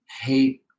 hate